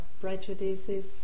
prejudices